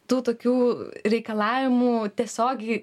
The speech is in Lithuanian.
tų tokių reikalavimų tiesiogiai